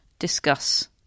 discuss